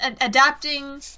adapting